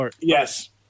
Yes